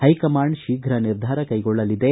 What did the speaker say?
high command ಶೀಘ್ರ ನಿರ್ಧಾರ ಕೈಗೊಳ್ಳಲಿದೆ